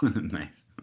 Nice